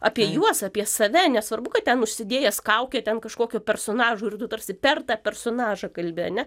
apie juos apie save nesvarbu kad ten užsidėjęs kaukę ten kažkokio personažų ir du tarsi per tą personažą kalbi ane